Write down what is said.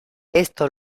esto